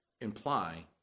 imply